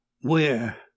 Where